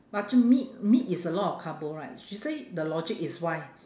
macam meat meat is a lot of carbo right she say the logic is why